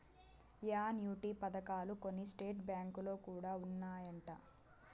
annuity పథకాలు కొన్ని state బ్యాంకులో కూడా ఉన్నాయంట